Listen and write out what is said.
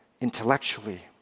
intellectually